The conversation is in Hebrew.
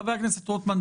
חבר הכנסת רוטמן,